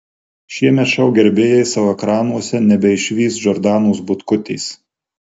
šiemet šou gerbėjai savo ekranuose nebeišvys džordanos butkutės